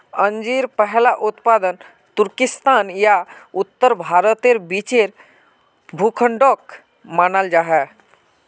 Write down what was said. अंजीर पहला उत्पादन तुर्किस्तान या उत्तर भारतेर बीचेर भूखंडोक मानाल जाहा